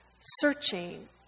searching